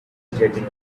jetting